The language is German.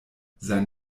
sein